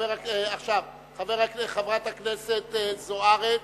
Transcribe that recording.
חברת הכנסת זוארץ,